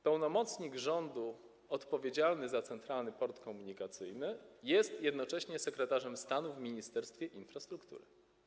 Pełnomocnik rządu odpowiedzialny za Centralny Port Komunikacyjny jest jednocześnie sekretarzem stanu w Ministerstwie Infrastruktury.